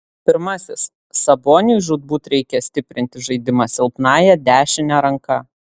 pirmasis saboniui žūtbūt reikia stiprinti žaidimą silpnąja dešine ranka